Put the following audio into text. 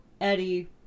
Eddie